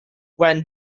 when